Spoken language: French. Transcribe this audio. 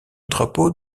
drapeau